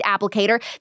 applicator